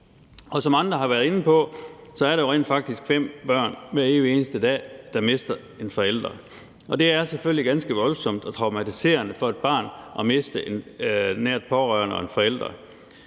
Som andre har været inde på, er der rent faktisk hver evig eneste dag fem børn, der mister en forælder, og det er selvfølgelig ganske voldsomt og traumatiserende for et barn at miste en nær pårørende eller en forælder.